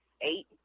eight